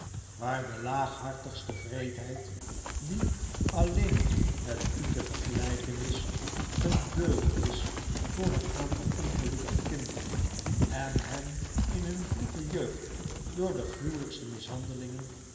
waar de laaghartigste wreedaard die alleen met u te vecgelijken is een beul is voor een aantal ongelukkige kinderen en hen in hun vroege jeugd door de gruwelijkste mishandelingen